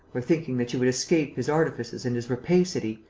where, thinking that you would escape his artifices and his rapacity,